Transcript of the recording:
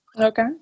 Okay